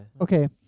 Okay